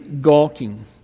gawking